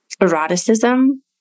eroticism